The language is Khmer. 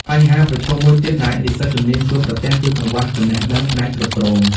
បញ្ហាប្រឈមមួយទៀតដែលនិស្សិតជំនាញជួបប្រទះគឺកង្វះចំណេះដឹងផ្នែកគ្រប់គ្រង។